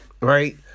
Right